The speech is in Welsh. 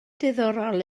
ddiddorol